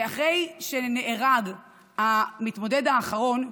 לאחר שנהרג המתמודד האחרון,